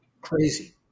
crazy